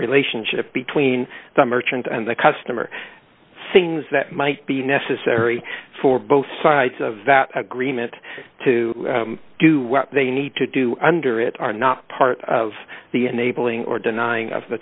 relationship between the merchant and the customer sings that might be necessary for both sides of that agreement to do what they need to do under it are not part of the enabling or denying